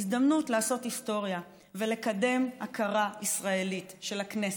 הזדמנות לעשות היסטוריה ולקדם הכרה ישראלית של הכנסת,